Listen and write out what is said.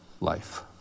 life